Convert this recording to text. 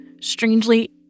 strangely